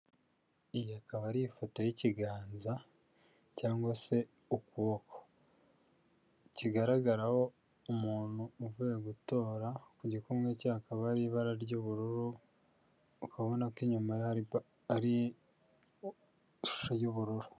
Iyi akaba ari ifoto y'ikiganza cyangwa se ukuboko. Kigaragaraho umuntu uvuye gutora ku gikumwe cye akaba ari ibara ry'ubururu ukabona ko inyuma ari iy'ubururu.